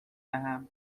دهم